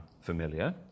familiar